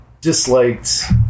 disliked